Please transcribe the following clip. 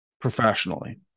professionally